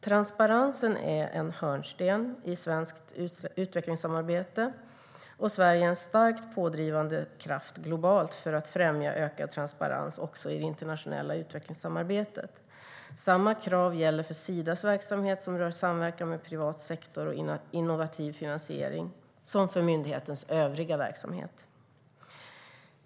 Transparensen är en hörnsten i svenskt utvecklingssamarbete, och Sverige är en starkt pådrivande kraft globalt för att främja ökad transparens också i det internationella utvecklingssamarbetet. För Sidas verksamhet som rör samverkan med privat sektor och innovativ finansiering gäller samma krav som för myndighetens övriga verksamhet.